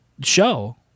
show